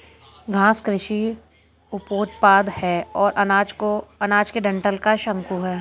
घास कृषि उपोत्पाद है और अनाज के डंठल का शंकु है